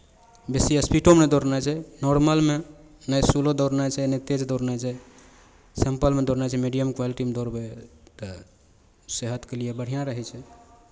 बेसी स्पीडोमे नहि दौड़नाइ छै नोर्मलमे नहि स्लो दौड़नाइ छै नहि तेज दौड़नाइ छै सिम्पलमे दौड़नाइ छै मीडियम क्वालिटीमे दौड़बै तऽ सेहतके लिए बढ़िआँ रहै छै